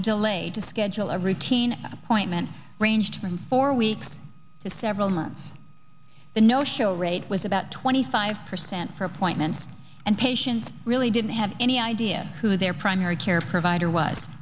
delay to schedule a routine appointment ranged from four weeks to several months but no show rate was about twenty five percent for appointments and patients really didn't have any idea who their primary care provider was